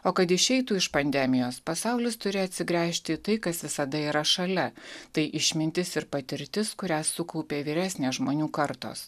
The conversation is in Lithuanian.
o kad išeitų iš pandemijos pasaulis turi atsigręžti į tai kas visada yra šalia tai išmintis ir patirtis kurią sukaupė vyresnės žmonių kartos